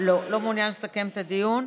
לא מעוניין לסכם את הדיון.